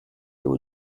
hauts